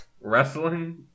wrestling